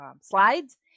Slides